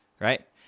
right